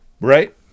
Right